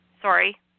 sorry